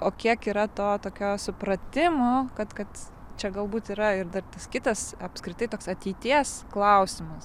o kiek yra to tokio supratimo kad kad čia galbūt yra ir dar tas kitas apskritai toks ateities klausimas